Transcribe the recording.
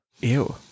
Ew